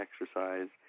exercise